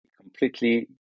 completely